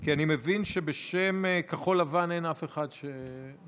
כי אני מבין שבשם כחול לבן אין אף אחד שמדבר.